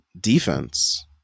defense